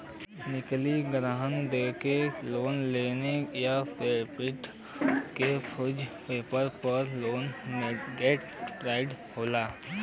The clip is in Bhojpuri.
नकली गहना देके लोन लेना या प्रॉपर्टी क फर्जी पेपर पर लेना मोर्टगेज फ्रॉड होला